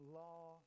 law